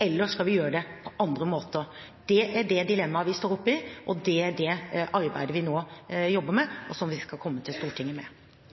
eller skal vi gjøre det på andre måter? Det er det dilemmaet vi står oppe i, og det er det vi nå jobber med, og som vi skal komme til Stortinget med.